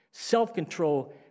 Self-control